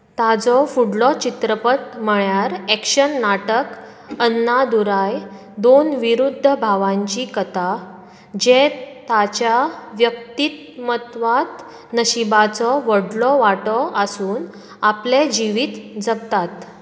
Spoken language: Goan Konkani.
ताचो फुडलो चित्रपट म्हळ्यार ऍक्शन नाटक अन्नादुराय दोन विरुध्द भावांची कथा जे तांच्या व्यक्तिमत्वांत नशीबाचो व्हडलो वांटो आसून आपलें जिवीत जगतात